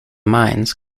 mines